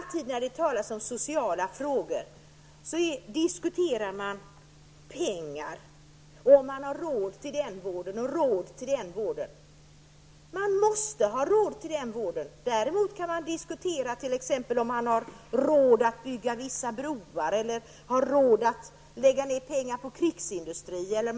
När det talas om sociala frågor diskuteras alltid pengar och om man har råd till den ena eller den andra vården. Man måste ha råd till denna vård! Däremot kan man diskutera om man har råd att bygga vissa broar eller råd att lägga ned pengar på krigsindustrin.